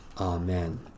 Amen